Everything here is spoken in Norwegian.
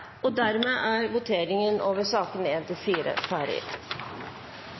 navneopprop. Dermed er voteringen over